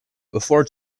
before